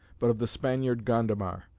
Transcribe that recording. but of the spaniard, gondomar,